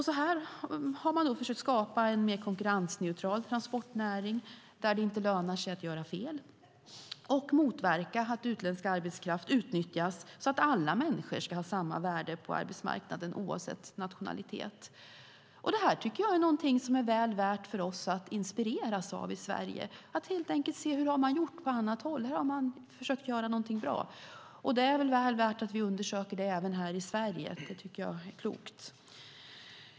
Så har man försökt skapa en mer konkurrensneutral transportnäring där det inte lönar sig att göra fel samtidigt som man motverkar att utländsk arbetskraft utnyttjas, så att alla människor ska ha samma värde på arbetsmarknaden oavsett nationalitet. Det här tycker jag är någonting som är väl värt för oss i Sverige att inspireras av. Det handlar helt enkelt om att se: Hur har man gjort på annat håll? Här har man försökt göra någonting bra. Det är väl värt att vi undersöker det även här i Sverige. Det tycker jag är klokt.